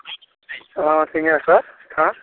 हँ सिंहेसर थान